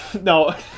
no